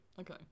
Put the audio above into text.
okay